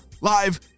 live